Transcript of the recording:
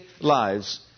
lives